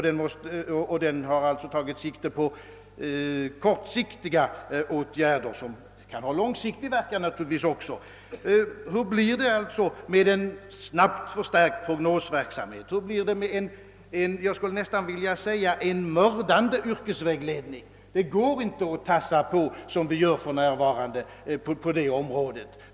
Den tar som sagt sikte på kortsiktiga åtgärder — som naturligtvis också kan ha långsiktiga verkningar. Hur blir det alltså med en snabbt förstärkt prognosverksamhet? Hur blir det med en, jag skulle nästan vilja säga mördande yrkesvägledning? Det går inte att tassa på, som man gör för närvarande, på det området.